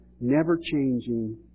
never-changing